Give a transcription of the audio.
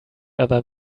other